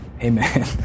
amen